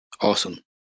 Awesome